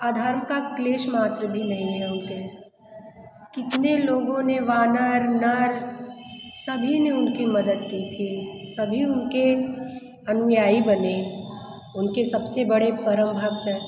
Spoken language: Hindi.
अधर्म का क्लेश मात्र भी नहीं है उनके कितने लोगों ने वानर नर सभी ने उनकी मदत की थी सभी उनके अनुयायी बने उनके सबसे बड़े परम भक्त